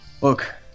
look